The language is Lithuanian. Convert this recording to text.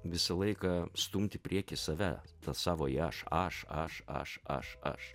visą laiką stumt į priekį save tą savąjį aš aš aš aš aš aš